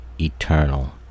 eternal